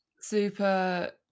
super